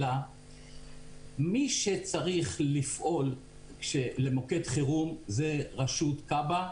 אלא מי שצריך לפעול למוקד חירום זה רשות כב"ה,